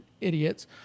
idiots